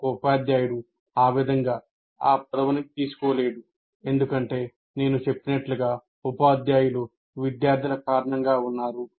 ఒక ఉపాధ్యాయుడు ఆ విధంగాఆ పదవిని తీసుకోలేడు ఎందుకంటే నేను చెప్పినట్లుగా ఉపాధ్యాయులు విద్యార్థుల కారణంగా ఉన్నారు